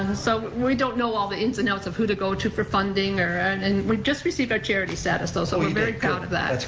and so, we don't know all the ins and outs of who to go to for funding and and we just received our charity status though, so we're very proud of that. that's